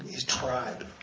his tribe.